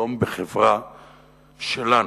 היום בחברה שלנו,